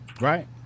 Right